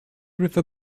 river